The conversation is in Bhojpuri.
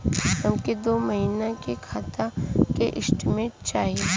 हमके दो महीना के खाता के स्टेटमेंट चाही?